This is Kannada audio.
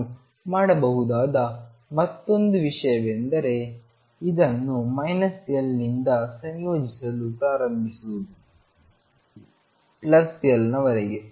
ನಾನು ಮಾಡಬಹುದಾದ ಇನ್ನೊಂದು ವಿಷಯವೆಂದರೆ ಇದನ್ನು L ನಿಂದ ಸಂಯೋಜಿಸಲು ಪ್ರಾರಂಭಿಸುವುದು L ನ ವರೆಗೆ